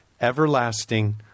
everlasting